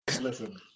Listen